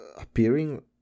appearing